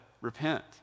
repent